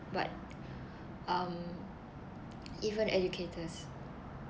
but um even educators